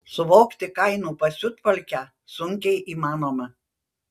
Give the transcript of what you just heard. suvokti kainų pasiutpolkę sunkiai įmanoma